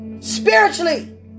Spiritually